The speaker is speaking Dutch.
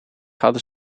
hadden